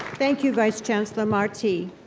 thank you, vice chancellor marti.